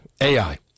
AI